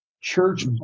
church